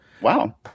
Wow